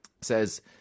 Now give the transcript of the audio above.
says